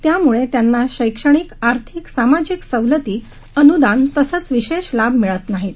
त्यामुळे त्यांना शैक्षणिक आर्थिक सामाजिक सवलती अनुदान तसंच विशेष लाभ मिळत नाहीत